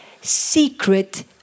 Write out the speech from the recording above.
secret